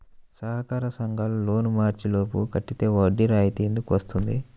సహకార సంఘాల loan March లోపు కట్టితే వడ్డీ రాయితీ ఎందుకు ఇస్తుంది?